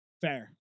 fair